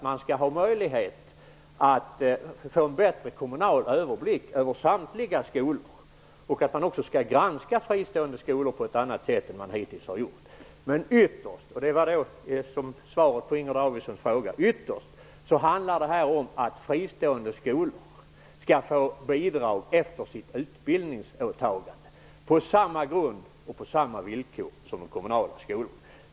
Man skall ha möjlighet att få en bättre kommunal överblick över samtliga skolor, och man skall också granska fristående skolor på ett annat sätt än vad man hittills har gjort. Ytterst handlar det om - det är svaret på Inger Davidsons fråga - att fristående skolor skall få bidrag efter sitt utbildningsåtagande på samma grund och på samma villkor som de kommunala skolorna.